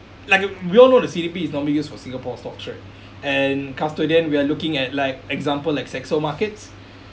like we all know the C_D_P is normally used for singapore stocks right and custodian we are looking at like example like Saxo markets